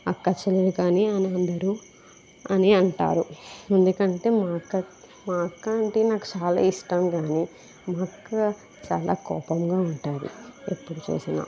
అక్క చెల్లెలు కానీ అని అందరు అని అంటారు ఎందుకంటే మా అక్క మా అక్క అంటే నాకు చాలా ఇష్టం కానీ మా అక్క చాలా కోపంగా ఉంటుంది ఎప్పుడు చూసినా